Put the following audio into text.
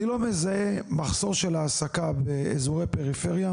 אני לא מזהה מחסור של העסקה באזורי פריפריה,